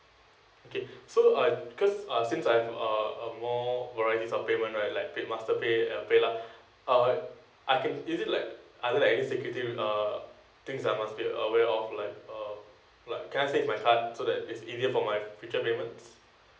okay so I'm cause uh since I'm a a more variety of payments right like pay masterpay paylah uh I can is it like other than executive uh things ah must be a way of like uh like can I say if I can't so that it's easier for my future payments